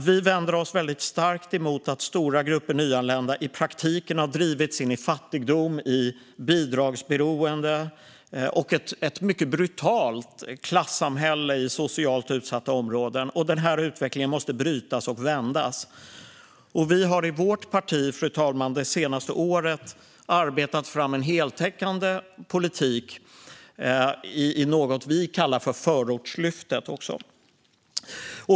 Vi vänder oss väldigt starkt emot att stora grupper av nyanlända i praktiken har drivits in i fattigdom, bidragsberoende och ett mycket brutalt klassamhälle i socialt utsatta områden. Denna utveckling måste brytas och vändas. I vårt parti har vi, fru talman, under det senaste året arbetat fram en heltäckande politik i något som vi kallar förortslyftet.